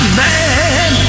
man